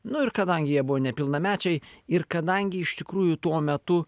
nu ir kadangi jie buvo nepilnamečiai ir kadangi iš tikrųjų tuo metu